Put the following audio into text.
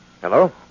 Hello